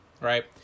right